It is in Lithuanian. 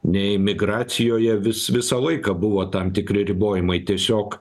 nei migracijoje vis visą laiką buvo tam tikri ribojimai tiesiog